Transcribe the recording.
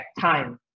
time